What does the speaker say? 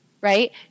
right